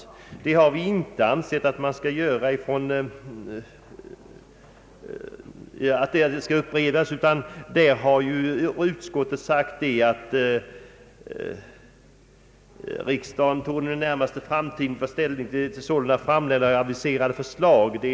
Utskottet har inte ansett detta utan har uttalat: »Riksdagen torde inom den närmaste framtiden få ta ställning till sålunda framlagda eller aviserade förslag.